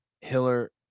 Hiller